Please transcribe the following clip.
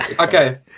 Okay